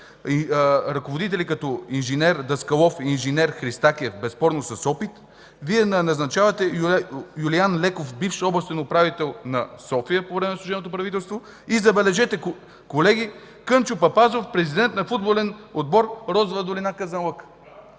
ръководители като инж. Даскалов и инж. Христакиев, безспорно с опит, Вие назначавате Юлиян Леков – бивш областен управител на София по време на служебното правителство и, забележете, колеги, Кънчо Папазов – президент на футболен отбор „Розова долина”, ¬ Казанлък.